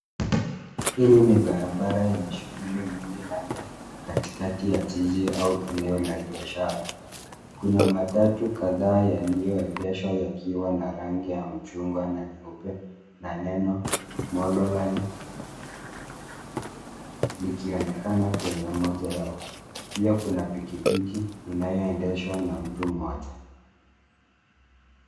Hii ni barabara yenye shughuli nyingi labda katikati ya jiji au eneo la biashara. Kuna matatu kadhaa yaliyoegeshwa yakiwa na rangi ya mchungwa na nyeupe na neno Mololine likionekana kwenye moja yao. Pia kuna pikipiki inayoendeshwa na mtu mmoja.